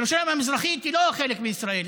ירושלים המזרחית היא לא חלק מישראל,